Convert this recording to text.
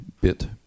bit